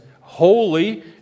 holy